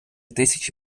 тисячі